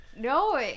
No